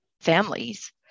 families